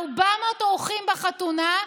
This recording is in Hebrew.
400 אורחים בחתונה,